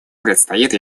предстоит